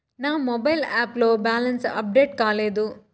నా mobile app లో balance update కాలేదు